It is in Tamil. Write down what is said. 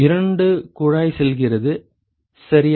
இரண்டு குழாய் செல்கிறது சரியா